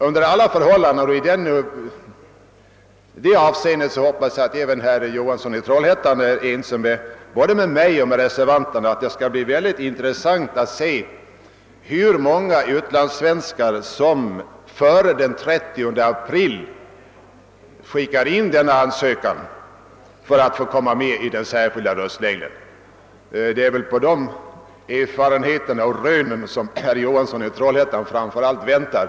Under alla förhållanden — och i det avseendet hoppas jag att även herr Jo hansson i Trollhättan är ense både med mig och med reservanterna — skall det bli mycket intressant att se hur många utlandssvenskar som före den 30 april skickar in denna ansökan för att bli upptagna i den särskilda röstlängden. Det är väl framför allt på de erfarenheterna och rönen som herr Johansson i Trollhättan väntar.